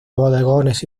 bodegones